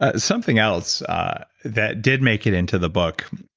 ah something else that did make it into the book.